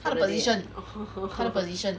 他的 position 他的 position